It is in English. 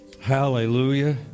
Hallelujah